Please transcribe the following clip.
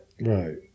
Right